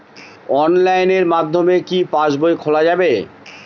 অনলাইনের মাধ্যমে কি পাসবই খোলা যাবে?